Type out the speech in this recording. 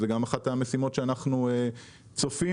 זו גם אחת המשימות שאנחנו צופים.